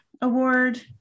Award